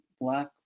black